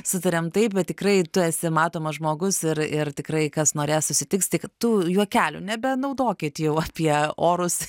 sutariam taip bet tikrai tu esi matomas žmogus ir ir tikrai kas norės susitiks tik tų juokelių nebenaudokit jau apie orus